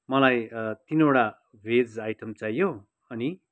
मलाई तिनवटा भेज आइटम चाहियो अनि